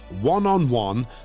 One-on-one